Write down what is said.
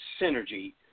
synergy